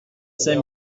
cinq